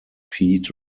pete